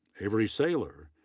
avery saylor,